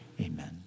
Amen